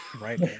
Right